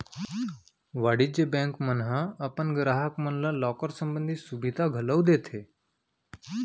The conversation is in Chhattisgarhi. वाणिज्य बेंक मन ह अपन गराहक मन ल लॉकर संबंधी सुभीता घलौ देथे